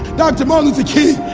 dr. martin luther king.